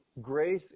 grace